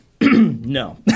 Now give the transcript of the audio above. No